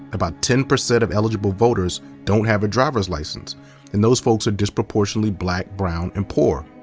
about ten percent of eligible voters don't have a driver's license and those folks are disproportionately black, brown and poor.